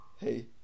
hey